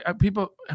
people –